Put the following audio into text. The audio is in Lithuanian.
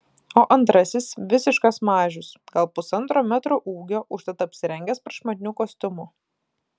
o antrasis visiškas mažius gal pusantro metro ūgio užtat apsirengęs prašmatniu kostiumu